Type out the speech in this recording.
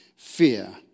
Fear